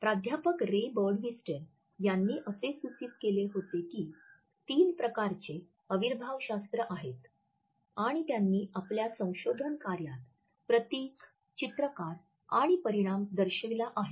प्राध्यापक Ray Birdwhistell यांनी असे सूचित केले होते की तीन प्रकारचे अविर्भावशास्त्र आहेत आणि त्यांनी आपल्या संशोधन कार्यात प्रतीक चित्रकार आणि परिणाम दर्शविला आहे